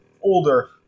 older